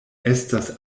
estas